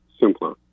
simpler